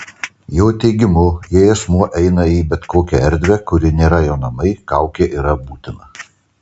jo teigimu jei asmuo eina į bet kokią erdvę kuri nėra jo namai kaukė yra būtina